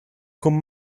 con